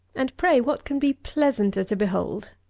and, pray, what can be pleasanter to behold?